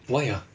why ah